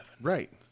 right